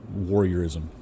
warriorism